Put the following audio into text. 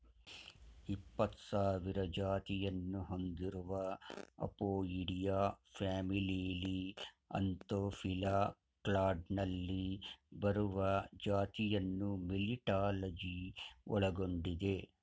ಇಪ್ಪತ್ಸಾವಿರ ಜಾತಿಯನ್ನು ಹೊಂದಿರುವ ಅಪೊಯಿಡಿಯಾ ಫ್ಯಾಮಿಲಿಲಿ ಆಂಥೋಫಿಲಾ ಕ್ಲಾಡ್ನಲ್ಲಿ ಬರುವ ಜಾತಿಯನ್ನು ಮೆಲಿಟಾಲಜಿ ಒಳಗೊಂಡಿದೆ